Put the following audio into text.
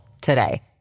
today